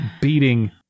beating